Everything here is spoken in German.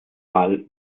fall